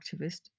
activist